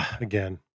again